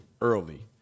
early